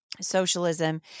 socialism